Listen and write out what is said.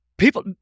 People